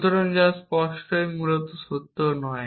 সুতরাং যা স্পষ্টতই মূলত সত্য নয়